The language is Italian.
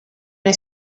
nei